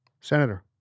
Senator